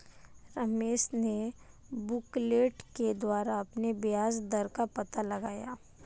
रमेश ने बुकलेट के द्वारा अपने ब्याज दर का पता लगाया